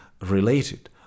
related